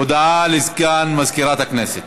הודעה לסגן מזכירת הכנסת.